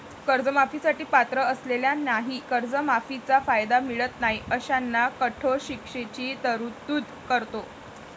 कर्जमाफी साठी पात्र असलेल्यांनाही कर्जमाफीचा कायदा मिळत नाही अशांना कठोर शिक्षेची तरतूद करतो